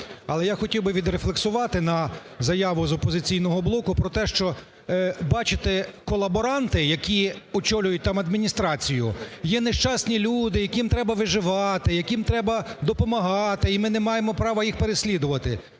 Але я хотів би відрефлексувати на заяву з "Опозиційного блоку", про те, що, бачите, колаборанти, які очолюють там адміністрацію, є нещасні люди, яким треба виживати, яким треба допомагати, і ми не маємо права переслідувати.